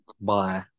Bye